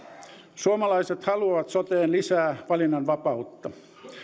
suomalaiset haluavat soteen lisää valinnanvapautta